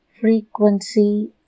Frequency